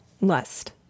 lust